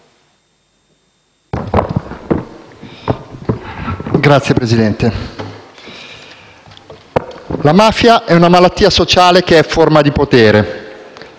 Signor Presidente, la mafia è una malattia sociale che ha forma di potere,